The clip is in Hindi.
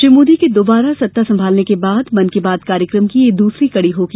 श्री मोदी के दोबारा सत्ता संभालने के बाद मन की बात कार्यक्रम की यह दूसरी कड़ी होगी